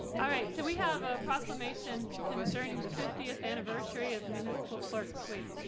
all right. so we have a proclamation concerning the fiftieth anniversary of municipal clerks sweet